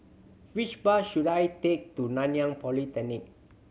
which bus should I take to Nanyang Polytechnic